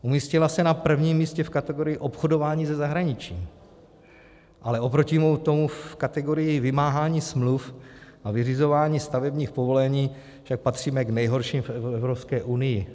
Umístila se na prvním místě v kategorii obchodování se zahraničím, avšak oproti tomu v kategorii vymáhání smluv a vyřizování stavebních povolení patříme k nejhorším v Evropské unii.